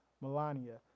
Melania